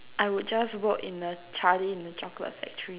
I would just work in a Charlie and the chocolate factory